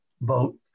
vote